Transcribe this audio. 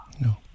no